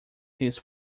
his